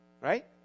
Right